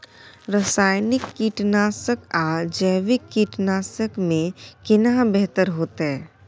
रसायनिक कीटनासक आ जैविक कीटनासक में केना बेहतर होतै?